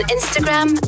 Instagram